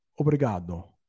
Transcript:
Obrigado